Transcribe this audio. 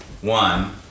One